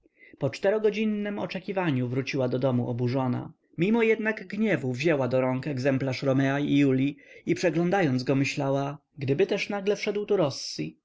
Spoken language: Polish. po czterogodzinnem oczekiwaniu wróciła do domu oburzona mimo jednak gniewu wzięła do rąk egzemplarz romea i julii i przeglądając go myślała gdyby też nagle wszedł